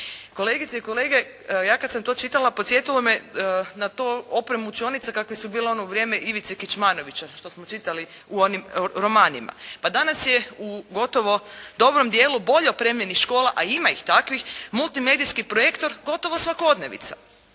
Kolegice i kolege, ja kad sam to čitala, podsjetilo me na opremu učionice kakve su bile ono u vrijeme Ivice Kičmanovića što smo čitali u onim romanima. Pa danas je u gotovo dobrom dijelu bolje opremljenih škola, a ima ih takvih multimedijski projektor gotovo svakodnevica,